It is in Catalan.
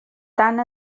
tant